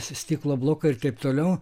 stiklo blokai ir taip toliau